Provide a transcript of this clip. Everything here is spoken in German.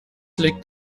liegt